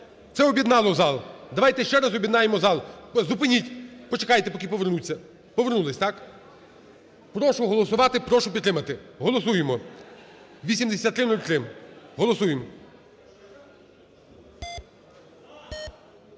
Це об'єднало зал, давайте ще раз об'єднаємо зал. Зупиніть! Почекайте, поки повернуться. Повернулися, так? Прошу голосувати. Прошу підтримати. Голосуємо. 8303. Голосуєм.